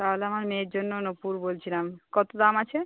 তাহলে আমার মেয়ের জন্য নূপুর বলছিলাম কতো দাম আছে